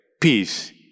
peace